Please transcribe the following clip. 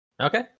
Okay